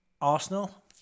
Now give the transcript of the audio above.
Arsenal